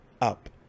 up